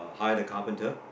hired a carpenter